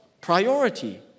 priority